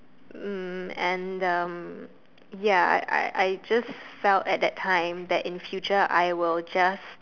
mm and um ya I I just felt at that time that in future I will just